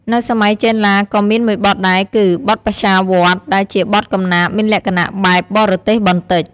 នៅសម័យចេនឡា ក៏មានមួយបទដែរគឺ បទបថ្យាវដ្ត ដែលជាបទកំណាព្យមានលក្ខណៈបែបបរទេសបន្តិច។